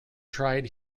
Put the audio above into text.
tried